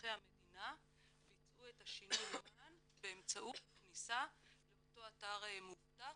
מאזרחי המדינה ביצעו את שינוי המען באמצעות הכניסה לאותו אתר מאובטח,